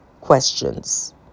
questions